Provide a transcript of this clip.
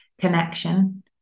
connection